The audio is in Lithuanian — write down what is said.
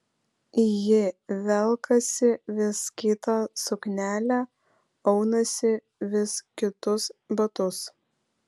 ji velkasi vis kitą suknelę aunasi vis kitus batus